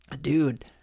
dude